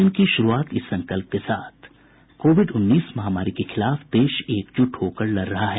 bulletin की शुरूआत से पहले ये संकल्प कोविड उन्नीस महामारी के खिलाफ देश एकजुट होकर लड़ रहा है